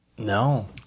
No